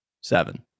seven